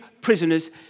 prisoners